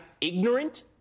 ignorant